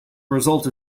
result